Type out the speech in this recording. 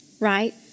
right